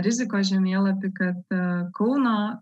rizikos žemėlapį kad kauno